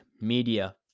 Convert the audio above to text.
media